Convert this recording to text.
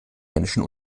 menschen